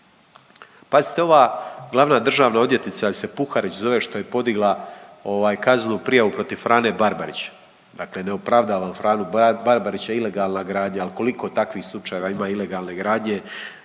Pazite ova glavna državna odvjetnica jel' se Puharić zove što je podigla kaznenu prijavu protiv Frane Barbarića. Dakle, ne opravdavam Franu Barbarića ilegalna gradnja, ali koliko takvih slučajeva ilegalne gradnje.